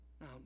Now